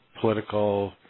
political